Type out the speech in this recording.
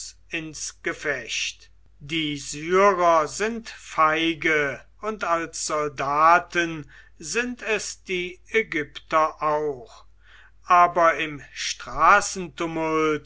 ins gefecht die syrer sind feige und als soldaten sind es die ägypter auch aber im